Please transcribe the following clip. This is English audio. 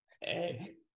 Hey